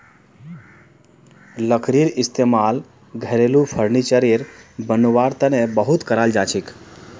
लकड़ीर इस्तेमाल घरेलू फर्नीचर बनव्वार तने बहुत कराल जाछेक